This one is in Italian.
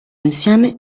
insieme